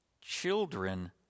children